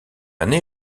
année